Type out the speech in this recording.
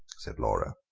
said laura.